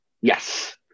Yes